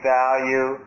value